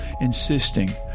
insisting